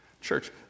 Church